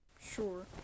Sure